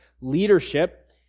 leadership